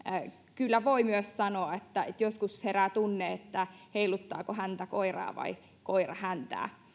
kyllä voi myös sanoa että että joskus herää tunne että heiluttaako häntä koiraa vai koira häntää